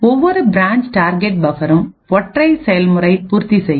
ஒவ்வொரு branch target பபர்ரும் ஒற்றை செயல்முறையை பூர்த்தி செய்யும்